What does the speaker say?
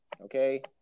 okay